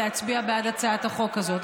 להצביע בעד הצעת החוק הזאת,